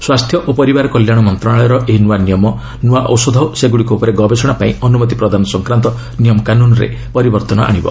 ସ୍ୱାସ୍ଥ୍ୟ ଓ ପରିବାର କଲ୍ୟାଣ ମନ୍ତ୍ରଣାଳୟର ଏହି ନୂଆ ନିୟମ ନୂଆ ଔଷଧ ଓ ସେଗୁଡ଼ିକ ଉପରେ ଗବେଷଣା ପାଇଁ ଅନୁମତି ପ୍ରଦାନ ସଂକ୍ରାନ୍ତ ନିୟମ କାନୁନ୍ରେ ପରିବର୍ତ୍ତନ ଆଣିବ